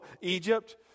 Egypt